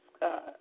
God